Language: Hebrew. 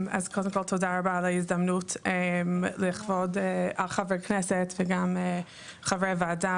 אז קודם כל תודה רבה על ההזדמנות לכבוד החבר כנסת וגם חבר ועדה,